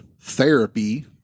therapy